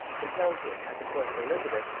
compelled him, at the court of elizabeth,